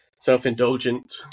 self-indulgent